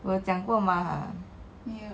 我有讲过 mah